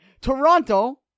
Toronto